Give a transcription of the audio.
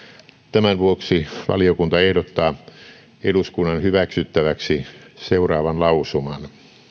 tämän vuoksi valiokunta ehdottaa eduskunnan hyväksyttäväksi seuraavan lausuman